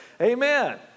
Amen